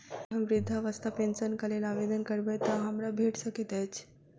यदि हम वृद्धावस्था पेंशनक लेल आवेदन करबै तऽ हमरा भेट सकैत अछि?